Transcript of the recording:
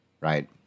right